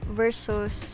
versus